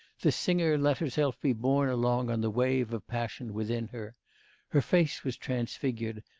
the singer let herself be borne along on the wave of passion within her her face was transfigured,